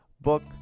book